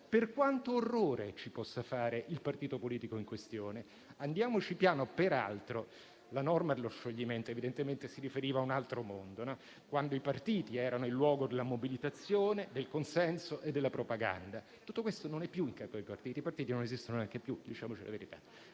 Per quanto orrore ci possa fare il partito politico in questione, andiamoci piano. Peraltro, la norma dello scioglimento evidentemente si riferiva a un altro mondo, quando i partiti erano il luogo della mobilitazione, del consenso e della propaganda. Tutto questo non è più in capo ai partiti, che non esistono neanche più - diciamoci la verità